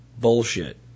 bullshit